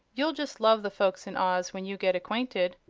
you'll just love the folks in oz, when you get acquainted.